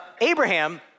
Abraham